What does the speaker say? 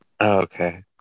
Okay